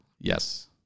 Yes